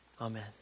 Amen